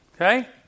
Okay